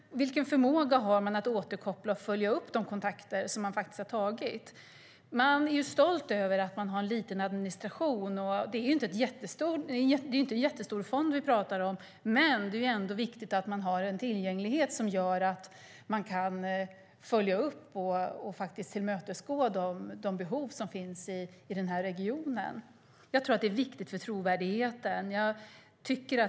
Vilken förmåga har man att återkoppla och följa upp de kontakter som man har tagit? Inlandsinnovation är stolt över att ha en liten administration, och det är ingen jättestor fond vi talar om. Det är ändå viktigt med en tillgänglighet som gör att man kan följa upp och tillmötesgå de behov som finns i denna region. Det är viktigt för trovärdigheten.